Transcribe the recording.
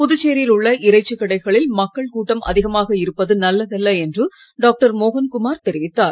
புதுச்சேரியில் உள்ள இறைச்சி கடைகளில் மக்கள் கூட்டம் அதிகமாக இருப்பது நல்லதல்ல என்றும் டாக்டர் மோகன் குமார் தெரிவித்தார்